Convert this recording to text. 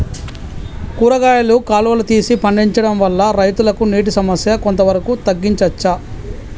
కూరగాయలు కాలువలు తీసి పండించడం వల్ల రైతులకు నీటి సమస్య కొంత వరకు తగ్గించచ్చా?